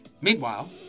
Meanwhile